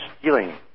stealing